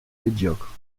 médiocre